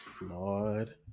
Lord